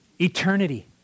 Eternity